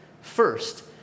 first